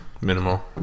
Minimal